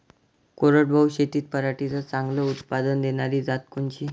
कोरडवाहू शेतीत पराटीचं चांगलं उत्पादन देनारी जात कोनची?